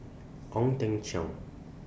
Ong Teng Cheong